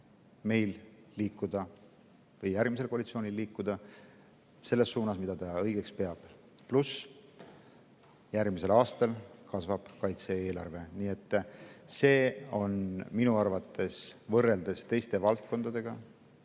meil või järgmisel koalitsioonil liikuda selles suunas, mida õigeks peetakse. Pluss järgmisel aastal kaitse-eelarve kasvab. See on minu arvates võrreldes teiste valdkondadega